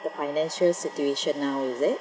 the financial situation now is it